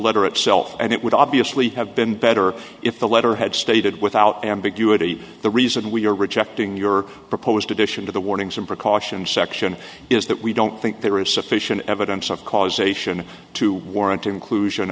letter itself and it would obviously have been better if the letter had stated without ambiguity the reason we are rejecting your proposed addition to the warnings and precautions section is that we don't think there is sufficient evidence of causation to warrant inclusion